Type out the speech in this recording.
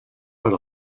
per